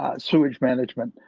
ah sewage management,